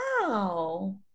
wow